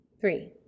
Three